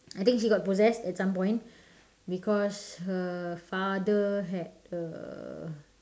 I think he got possessed at some point because her father had err